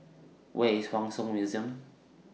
Where IS Hua Song Museum